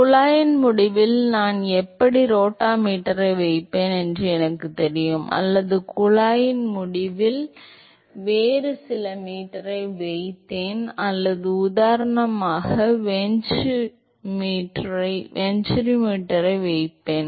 குழாயின் முடிவில் நான் எப்படி ரோட்டாமீட்டரை வைப்பேன் என்று எனக்குத் தெரியும் அல்லது குழாயின் முடிவில் வேறு சில மீட்டரை வைத்தேன் அல்லது உதாரணமாக வென்ச்சுரிமீட்டரை வைப்பேன்